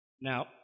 Now